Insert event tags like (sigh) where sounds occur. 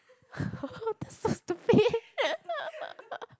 (laughs) that's so stupid (laughs)